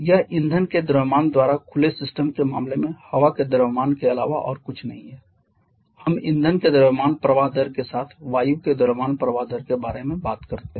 यह ईंधन के द्रव्यमान द्वारा या खुले सिस्टम के मामले में हवा के द्रव्यमान के अलावा और कुछ नहीं है हम ईंधन के द्रव्यमान प्रवाह दर के साथ वायु के द्रव्यमान प्रवाह दर के बारे में बात करते हैं